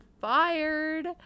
fired